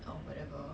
or we just go